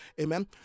amen